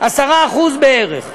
10% בערך.